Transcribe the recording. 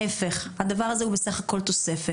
ההפך, הדבר הזה הוא בסך הכול תוספת.